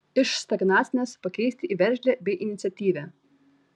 iš stagnacinės pakeisti į veržlią bei iniciatyvią